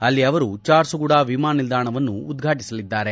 ಅಲ್ಲಿ ಅವರು ಜಾರ್ಸುಗುಡಾ ವಿಮಾನ ನಿಲ್ಲಾಣವನ್ನು ಉದ್ವಾಟಿಸಲಿದ್ದಾರೆ